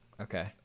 Okay